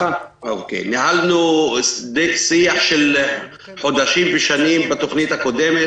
ניהלנו שיח של חודשים ושנים בתוכנית הקודמת